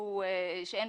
"מחיר למשתכן"...